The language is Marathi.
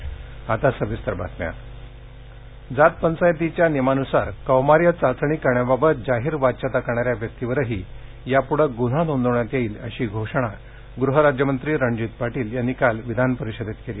विधान परिषद जातपंचायतीच्या नियमांनुसार कौमार्य चाचणी करण्याबाबत जाहीर वाच्यता करणाऱ्या व्यक्तीवरही यापुढे गुन्हा नोंदवण्यात येईल अशी घोषणा गुहराज्यमंत्री रणजित पाटील यांनी काल विधानपरिषदेत केली